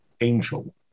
Angel